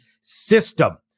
system